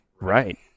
right